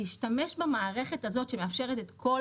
להשתמש במערכת הזאת שמאפשרת את כל